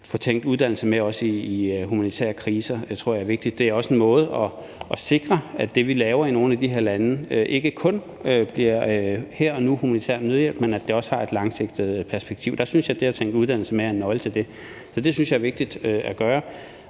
altså få tænkt uddannelse med også i humanitære kriser. Det tror jeg er vigtigt. Det er også en måde at sikre, at det, vil laver i nogle af de her lande, ikke kun bliver humanitær her og nu-nødhjælp, men at det også har et langsigtet perspektiv. Der synes jeg, at det at tænke uddannelse med er en nøgle til det, så det synes jeg er vigtig at gøre.